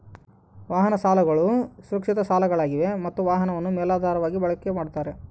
ವಾಹನ ಸಾಲಗಳು ಸುರಕ್ಷಿತ ಸಾಲಗಳಾಗಿವೆ ಮತ್ತ ವಾಹನವನ್ನು ಮೇಲಾಧಾರವಾಗಿ ಬಳಕೆ ಮಾಡ್ತಾರ